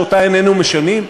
שאותה איננו משנים,